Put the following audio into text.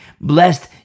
blessed